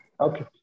Okay